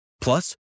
Plus